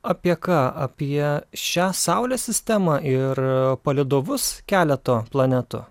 apie ką apie šią saulės sistemą ir palydovus keleto planetų